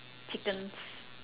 chickens